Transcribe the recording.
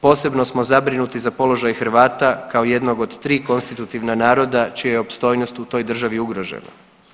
Posebno smo zabrinuti za položaj Hrvata kao jednog od tri konstitutivna naroda čija je opstojnost u toj državi ugrožena.